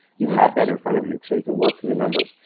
you have that in front of you. so you can work through the numbers,